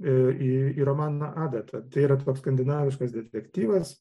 į į romaną adatą tai yra toks skandinaviškas detektyvas